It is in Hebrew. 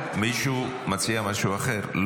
מישהו מציע משהו אחר?